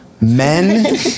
Men